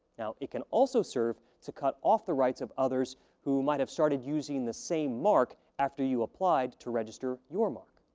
now, it can also serve to cut off the rights of others who might've started using the same mark after you applied to register your mark.